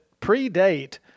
predate